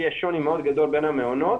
יש שוני מאוד גדול בין המעונות,